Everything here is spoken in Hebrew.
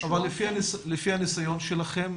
שהוא אופן --- אבל לפי הניסיון שלכם